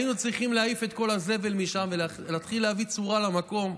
היינו צריכים להעיף את כל הזבל משם ולהתחיל להביא צורה למקום,